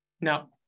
No